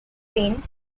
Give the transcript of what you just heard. win